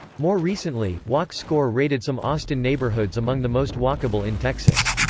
more recently, walk score rated some austin neighborhoods among the most walkable in texas.